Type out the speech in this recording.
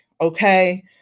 okay